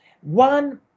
one